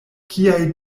kiaj